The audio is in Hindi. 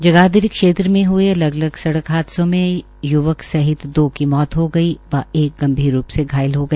जगाधरी क्षेत्र में हये अलग अलग सड़क हादसों में य्वक सहित दो की मौत हो गई व एक गंभीर रूप से घायल हो गया